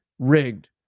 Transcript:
rigged